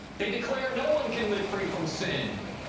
they declare no one can live free from sin.